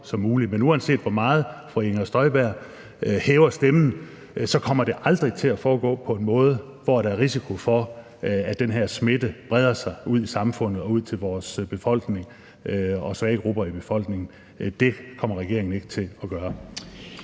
Men uanset hvor meget fru Inger Støjberg hæver stemmen, kommer det aldrig til at foregå på en måde, hvor der er risiko for, at den her smitte breder sig ud i samfundet og ud til vores befolkning og til svage grupper i befolkningen. Det kommer regeringen ikke til at gøre.